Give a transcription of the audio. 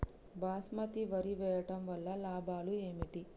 బాస్మతి వరి వేయటం వల్ల లాభాలు ఏమిటి?